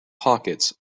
pockets